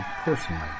personally